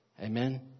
Amen